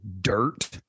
dirt